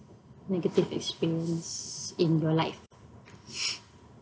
negative experience in your life